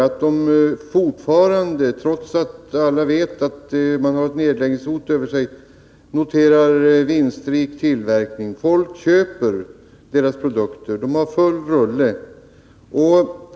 Och fortfarande — trots att alla vet att man har ett nedläggningshot över sig — noterar man en vinstrik tillverkning. Folk vill köpa produkterna, och det är full rulle.